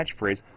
catchphrase